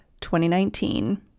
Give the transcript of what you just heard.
2019